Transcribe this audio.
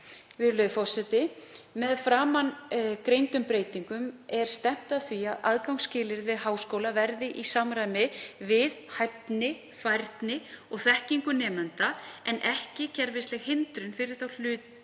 Virðulegur forseti. Með framangreindum breytingum er stefnt að því að aðgangsskilyrði háskóla verði í samræmi við hæfni, færni og þekkingu nemenda en ekki kerfisleg hindrun fyrir þá sem